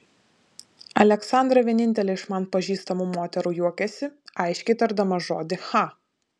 aleksandra vienintelė iš man pažįstamų moterų juokiasi aiškiai tardama žodį cha